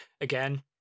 Again